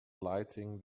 lighting